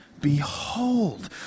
behold